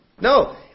No